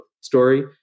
story